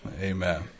Amen